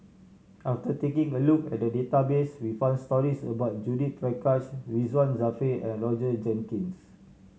after taking a look at the database we found stories about Judith Prakash Ridzwan Dzafir and Roger Jenkins